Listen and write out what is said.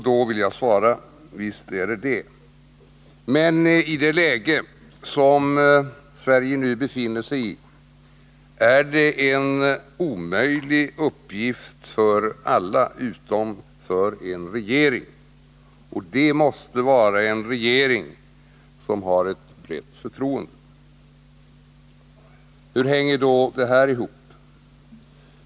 Då vill jag svara: Visst är det så, men i det läge som Sverige nu befinner sig i är det en omöjlig uppgift för alla utom för en regering! Och det måste vara en regering som har ett brett förtroende. Hur hänger då det här ihop?